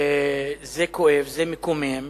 זה כואב, זה מקומם.